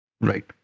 Right